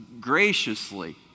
graciously